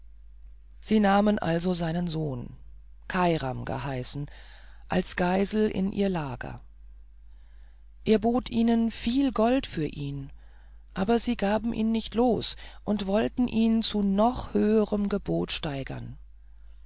sie nahmen also seinen jungen sohn kairam geheißen als geisel in ihr lager er bot ihnen viel gold für ihn aber sie gaben ihn nicht los und wollten ihn zu noch höherem gebot steigern